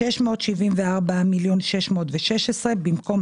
674,616,000 במקום